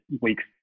weeks